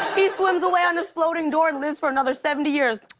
he swims away on his floating door and lives for another seventy years.